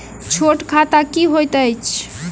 छोट खाता की होइत अछि